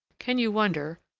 can you wonder,